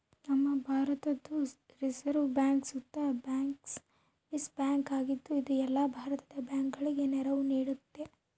ನಮ್ಮ ಭಾರತುದ್ reserve bank ಸುತ ಬ್ಯಾಂಕರ್ಸ್ ಬ್ಯಾಂಕ್ ಆಗಿದ್ದು, ಇದು ಎಲ್ಲ ಭಾರತದ ಬ್ಯಾಂಕುಗುಳಗೆ ನೆರವು ನೀಡ್ತತೆ